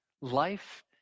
life